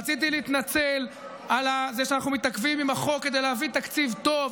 רציתי להתנצל על זה שאנחנו מתעכבים עם החוק כדי להביא תקציב טוב,